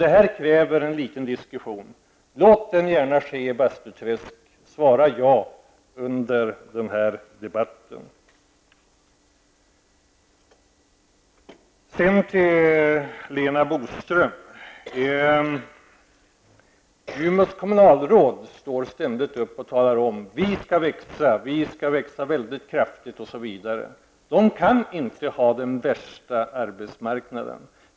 Det här kräver en diskussion. Låt den alltså gärna ske i Bastuträsk, och svara ja under den här debatten! Sedan till Lena Boström. Umeås kommunalråd säger ständigt: Vi skall växa väldigt kraftigt osv. Men där kan man väl inte ha den värsta arbetsmarknaden.